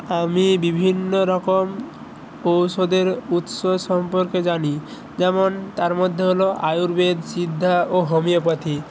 আমি বিভিন্ন রকম ঔষধের উৎস সম্পর্কে জানি যেমন তার মধ্যে হলো আয়ুর্বেদ সিদ্ধ ও হোমিওপ্যাথি